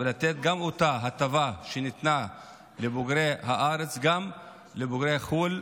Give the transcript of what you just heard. לתת את אותה הטבה שניתנה לבוגרי הארץ גם לבוגרי חו"ל.